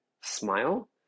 smile